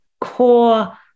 core